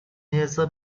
нельзя